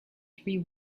three